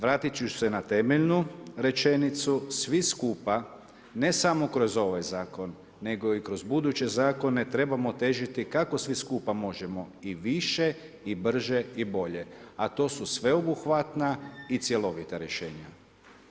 Vratit ću se na temeljnu rečenicu, svi skupa ne samo kroz ovaj zakon nego i kroz buduće zakone trebamo težiti kako svi skupa možemo i više i brže i bolje, a to su sveobuhvatna i cjelovita rješenja.